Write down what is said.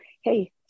Hey